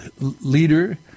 leader